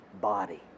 body